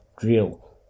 drill